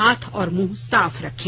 हाथ और मुंह साफ रखें